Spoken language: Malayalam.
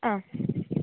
ആ